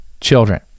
children